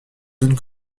zones